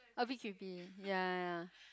a bit creepy ya ya ya